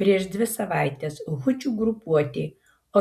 prieš dvi savaites hučių grupuotė